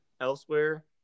Elsewhere